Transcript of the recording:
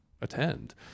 attend